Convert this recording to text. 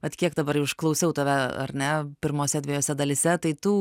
vat kiek dabar jau išklausiau tave ar ne pirmose dviejose dalyse tai tų